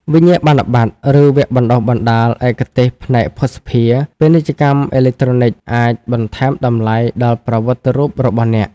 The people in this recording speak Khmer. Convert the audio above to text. វិញ្ញាបនបត្រ ឬវគ្គបណ្តុះបណ្តាលឯកទេសផ្នែកភស្តុភារ ពាណិជ្ជកម្មអេឡិចត្រូនិក អាចបន្ថែមតម្លៃដល់ប្រវត្តិរូបរបស់អ្នក។